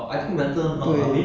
看不到你